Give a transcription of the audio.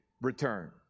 return